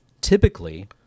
typically